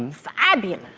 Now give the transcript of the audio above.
fabulous!